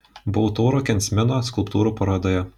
buvau tauro kensmino skulptūrų parodoje